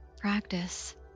practice